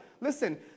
Listen